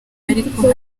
ariko